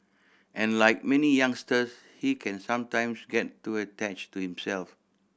and like many youngsters he can sometimes get too attached to himself